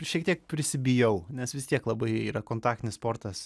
šiek tiek prisibijau nes vis tiek labai yra kontaktinis sportas